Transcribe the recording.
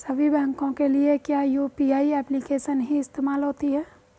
सभी बैंकों के लिए क्या यू.पी.आई एप्लिकेशन ही इस्तेमाल होती है?